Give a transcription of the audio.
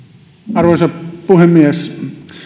arvoisa puhemies